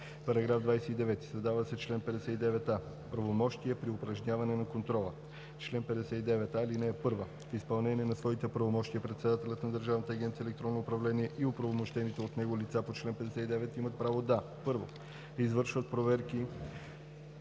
§ 29: „§29. Създава се член 59а: „Правомощия при упражняване на контрола Чл. 59а. (1) В изпълнение на своите правомощия председателят на Държавна агенция „Електронно управление“ или оправомощените от него лица по чл. 59 имат право да: 1. извършват проверки